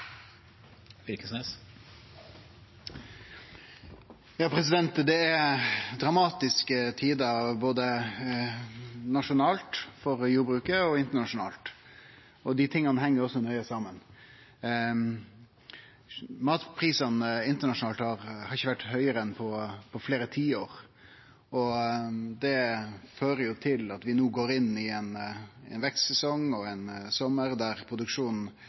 dramatiske tider for jordbruket, både nasjonalt og internasjonalt – og dei tinga heng også nøye saman. Matprisane internasjonalt har ikkje vore høgare på fleire tiår, og det fører til at vi no går inn i ein vekstsesong og ein sommar der produksjonen